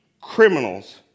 criminals